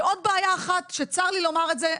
ועוד בעיה אחת, שצר לי לומר את זה,